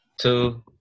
two